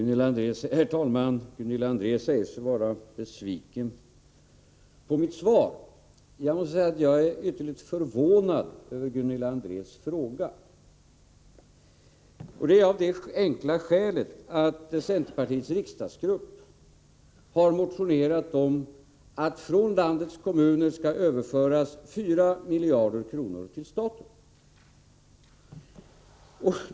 Herr talman! Gunilla André säger sig vara besviken på mitt svar. Jag måste då säga att jag är ytterligt förvånad över Gunilla Andrés fråga, av det enkla skälet att centerpartiets riksdagsgrupp har motionerat om att 4 miljarder kronor skall överföras från landets kommuner till staten.